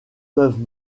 peuvent